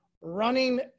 running